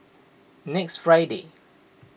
next Friday